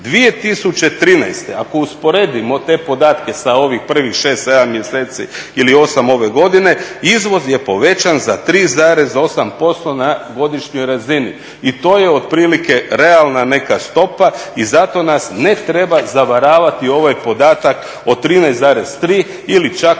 2013. ako usporedimo te podatke sa ovih prvih šest, sedam mjeseci ili osam ove godine, izvoz je povećan za 3,8% na godišnjoj razini. I to je otprilike realna neka stopa i zato nas ne treba zavaravati ovaj podataka o 13,3 ili čak